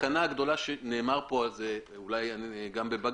הסכנה הגדולה שנאמר פה על זה גם בבג"צ,